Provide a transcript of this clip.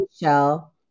Michelle